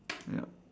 yup